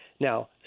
Now